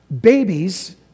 babies